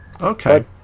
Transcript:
Okay